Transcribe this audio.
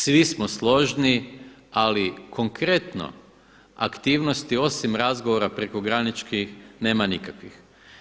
Svi smo složni, ali konkretno aktivnosti osim razgovara prekograničnih nema nikakvih.